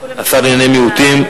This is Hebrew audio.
השר לענייני מיעוטים,